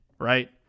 right